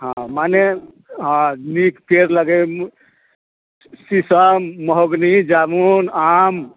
हँ मने हँ नीक पेड़ लगेबै शीशम महोगनी जामुन आम